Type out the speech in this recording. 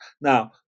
Now